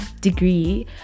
degree